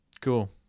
Cool